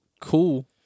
cool